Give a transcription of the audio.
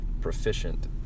proficient